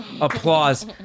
applause